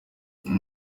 muri